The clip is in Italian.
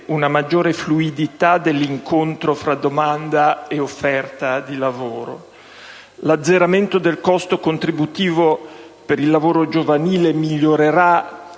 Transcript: una maggiore fluidità dell'incontro fra domanda e offerta di lavoro; l'azzeramento del costo contributivo per il lavoro giovanile migliorerà